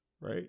right